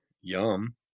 Yum